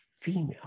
female